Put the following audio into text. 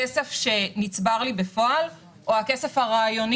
הכסף שנצבר לי בפועל או הכסף הרעיוני